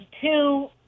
two